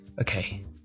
Okay